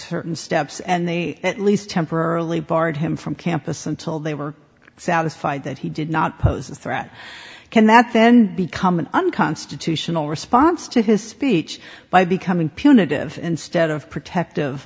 certain steps and they at least temporarily barred him from campus until they were satisfied that he did not pose a threat can that then become an unconstitutional response to his speech by becoming punitive instead of protective